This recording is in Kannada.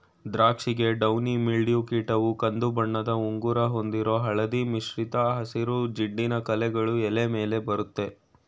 ದ್ರಾಕ್ಷಿಗೆ ಡೌನಿ ಮಿಲ್ಡ್ಯೂ ಕೀಟವು ಕಂದುಬಣ್ಣದ ಉಂಗುರ ಹೊಂದಿರೋ ಹಳದಿ ಮಿಶ್ರಿತ ಹಸಿರು ಜಿಡ್ಡಿನ ಕಲೆಗಳು ಎಲೆ ಮೇಲೆ ಬರತ್ತೆ